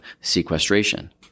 sequestration